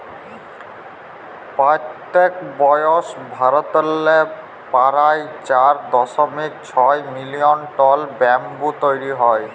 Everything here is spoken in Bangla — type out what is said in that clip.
পইত্তেক বসর ভারতেল্লে পারায় চার দশমিক ছয় মিলিয়ল টল ব্যাম্বু তৈরি হ্যয়